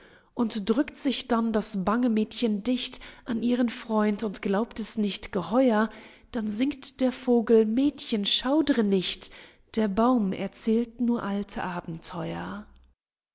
und drückt sich dann das bange mädchen dicht an ihren freund und glaubt es nicht geheuer dann singt der vogel mädchen schaudre nicht der baum erzählt nur alte abenteuer